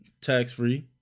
tax-free